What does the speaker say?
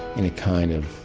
in a kind of